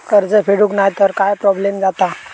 कर्ज फेडूक नाय तर काय प्रोब्लेम जाता?